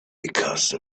because